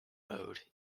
mode